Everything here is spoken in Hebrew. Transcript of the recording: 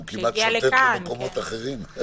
הוא כמעט שוטט למקומות אחרים.